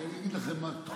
אני אגיד לכם מה התחושות,